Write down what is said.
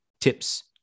tips